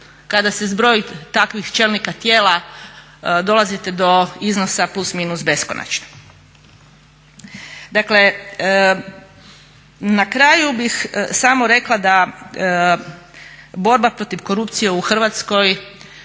kada se zbroji takvih čelnika tijela dolazite do iznosa plus/minus beskonačno. Dakle, na kraju bih samo rekla da borba protiv korupcije u Hrvatskoj